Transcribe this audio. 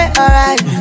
alright